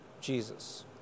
Jesus